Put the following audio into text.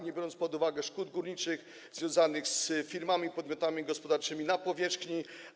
Nie brano pod uwagę szkód górniczych związanych z firmami, podmiotami gospodarczymi na powierzchni.